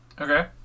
Okay